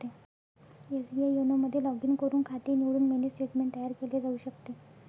SBI YONO मध्ये log in करून खाते निवडून मिनी स्टेटमेंट तयार केले जाऊ शकते